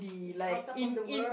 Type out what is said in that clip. he like in in